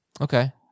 Okay